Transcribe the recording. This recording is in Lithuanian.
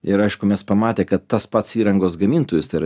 ir aišku mes pamatę kad tas pats įrangos gamintojas tai yra